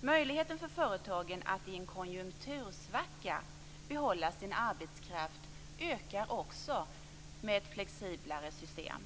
Möjligheten för företagen att i en konjunktursvacka behålla sin arbetskraft ökar också med flexiblare system.